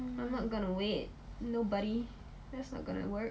I'm not gonna wait nobody that's not gonna work